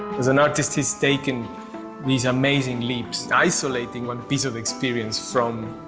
as an artist, he's taking he's amazingly isolating one piece of experience from,